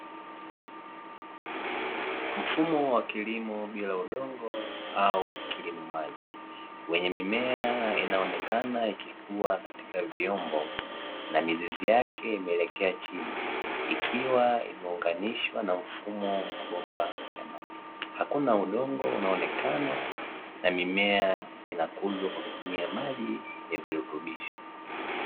Mfumo wa kilimo bila udongo au kilimo maji, wenye mimea inaonekana ikikua katika vyombo na mizizi yake imelekea chini ikiwa imeunganishwa na mfumo wa mabomba ya maji. Hakuna udongo unaonekana na mimea inakuzwa kwa kutumia maji yenye virutubisho.